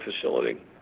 facility